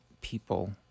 people